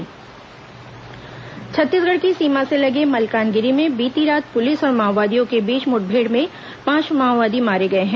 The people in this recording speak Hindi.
माओवादी म्ठभेड़ छत्तीसगढ़ की सीमा से लगे मल्कानगिरी में बीती रात पुलिस और माओवादियों के बीच मुठभेड़ मे पांच माओवादी मारे गए हैं